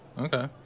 Okay